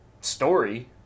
story